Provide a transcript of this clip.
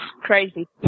crazy